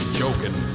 joking